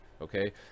Okay